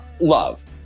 Love